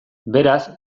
beraz